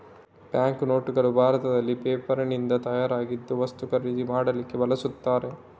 bank ನೋಟುಗಳು ಭಾರತದಲ್ಲಿ ಪೇಪರಿನಿಂದ ತಯಾರಾಗಿದ್ದು ವಸ್ತು ಖರೀದಿ ಮಾಡ್ಲಿಕ್ಕೆ ಬಳಸ್ತಾರೆ